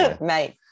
Mate